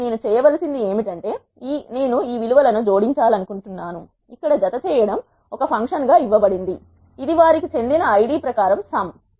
కాబట్టి నేను చేయవలసింది ఏమిటంటే నేను ఈ విలు వలను జోడించాలనుకుంటున్నాను ఇక్కడ జతచేయడం ఒక ఫంక్షన్గా ఇవ్వబడింది ఇది వారికి చెందిన ఐడి ప్రకారం సమ్